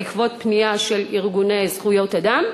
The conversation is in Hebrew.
בעקבות פנייה של ארגוני זכויות אדם,